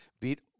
beat